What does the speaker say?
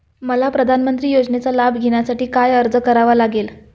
मला प्रधानमंत्री योजनेचा लाभ घेण्यासाठी काय अर्ज करावा लागेल?